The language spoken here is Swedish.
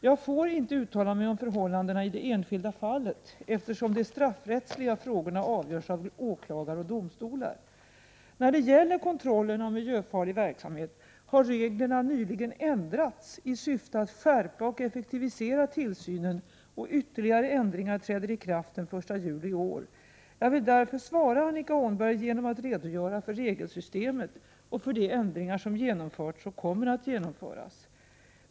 Jag får inte uttala mig om förhållandena i det enskilda fallet, eftersom de straffrättsliga frågorna avgörs av åklagare och domstolar. När det gäller kontrollen av miljöfarlig verksamhet har reglerna nyligen ändrats i syfte att skärpa och effektivisera tillsynen, och ytterligare ändringar träder i kraft den 1 juli i år. Jag vill därför svara Annika Åhnberg genom att redogöra för regelsystemet och för de ändringar som genomförts och kommer att genomföras.